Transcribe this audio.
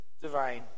divine